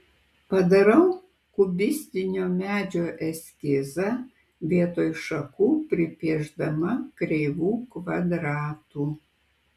padarau kubistinio medžio eskizą vietoj šakų pripiešdama kreivų kvadratų